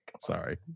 Sorry